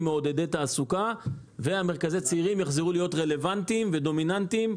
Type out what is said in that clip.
מעודדי תעסוקה ומרכזי הצעירים יחזרו להיות רלוונטיים ודומיננטיים.